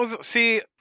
See